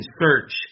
search